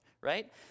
right